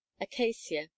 acacia